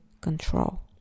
control